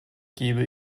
gebe